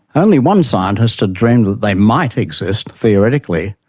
only one scientist had dreamed that they might exist theoretically,